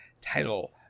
title